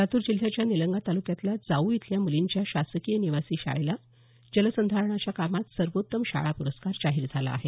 लातूर जिल्ह्याच्या निलंगा तालुक्यातल्या जाऊ इथल्या मुलींच्या शासकीय निवासी शाळेला जलसंधारणाच्या कामात सर्वोत्तम शाळा पुरस्कार जाहीर झाला आहे